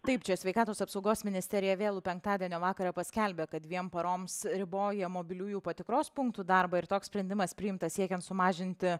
taip čia sveikatos apsaugos ministerija vėlų penktadienio vakarą paskelbė kad dviem paroms riboja mobiliųjų patikros punktų darbą ir toks sprendimas priimtas siekiant sumažinti